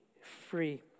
free